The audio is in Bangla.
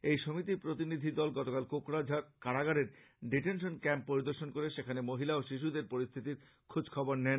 এই সমিতির প্রতিনিধি দল গতকাল কোকড়াঝাড় কারাগারের ডিটেনশন ক্যাম্প পরিদর্শন করে সেখানে মহিলা ও শিশুদের পরিস্থিতির খোজ নেন